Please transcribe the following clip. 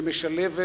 שמשלבת